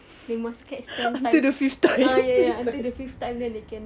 they must catch the ten times ah ya ya ya after the fifth time then they can